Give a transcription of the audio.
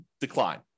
decline